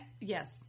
Yes